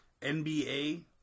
NBA